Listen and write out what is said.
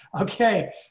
Okay